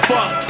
Fuck